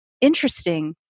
interesting